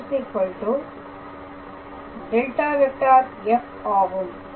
a⃗ ∇⃗⃗ f ஆகும்